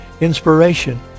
inspiration